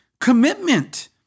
commitment